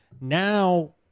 Now